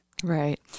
Right